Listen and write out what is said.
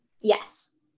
Yes